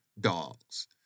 dogs